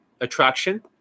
attraction